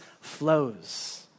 flows